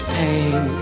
pain